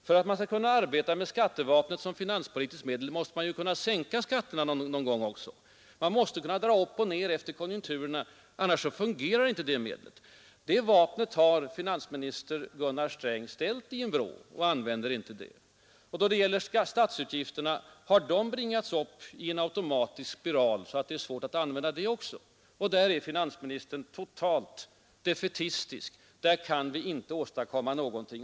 För att man skall kunna arbeta med skattevapnet som finanspolitiskt medel måste man ju också kunna sänka skatterna någon gång. Man måste kunna höja och sänka dem alltefter konjunkturerna — annars fungerar inte detta medel. Detta vapen har finansminister Sträng ställt i en vrå och använder det inte. Statsutgifterna har bringats upp i en automatisk spiral, så att det är svårt att använda också dem som finanspolitiska medel. Därvidlag är finansministern totalt defaitistisk och menar att vi inte kan åstadkomma någonting.